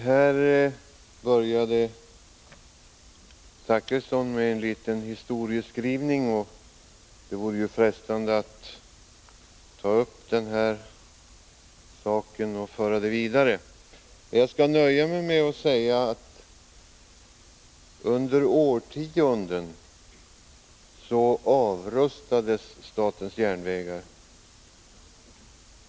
Fru talman! Bertil Zachrisson började med en liten historieskrivning. Det vore frestande att ta upp den här saken och föra den vidare, men jag skall nöja mig med att säga att under årtionden avrustades statens järnvägar.